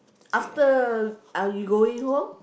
after are you going home